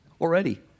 already